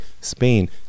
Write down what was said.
Spain